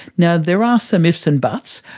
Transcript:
now, there are some ifs and buts,